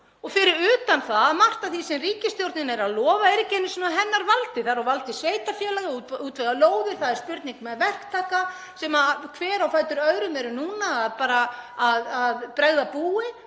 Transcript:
ár. Fyrir utan það að margt af því sem ríkisstjórnin er að lofa er ekki einu sinni á hennar valdi. Það er á valdi sveitarfélaga að útvega lóðir. Það er spurning með verktaka sem hver á fætur öðrum eru núna að bregða búi